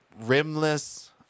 rimless